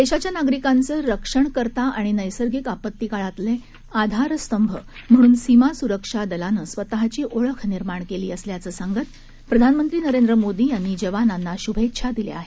देशाच्या नागरिकांचे रक्षणकर्ता आणि नद्तर्गिक आपत्तीकाळातला आधारस्तंभ म्हणून सीमा सुरक्षा दलानं स्वतःची ओळख निर्माण केली असल्याचं सांगत प्रधानमंत्री नरेंद्र मोदी यांनी जवानांना शुभेच्छा दिल्या आहेत